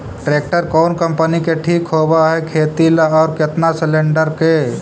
Tractor कोन company के ठीक होब है खेती ल औ केतना सलेणडर के?